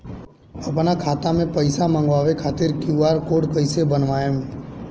आपन खाता मे पईसा मँगवावे खातिर क्यू.आर कोड कईसे बनाएम?